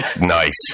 Nice